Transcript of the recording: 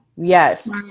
yes